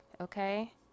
okay